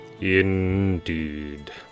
Indeed